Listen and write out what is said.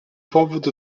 powód